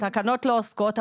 התקנות לא עוסקות,